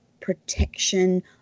protection